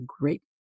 great